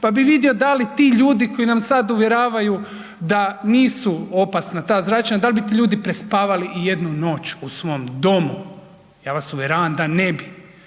pa bi vidio da li ti ljudi koji nas sada uvjeravaju da nisu opasna ta zračenja da li bi ti ljudi prespavali i jednu noć u svom domu. Ja vas uvjeravam da ne bi.